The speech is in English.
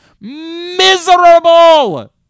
Miserable